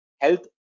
health